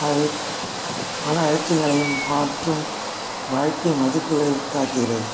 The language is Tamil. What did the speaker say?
அதில் மன அழுத்தங்களையும் மாற்றும் வாழ்க்கை மதிப்புகளையும் காட்டுகிறது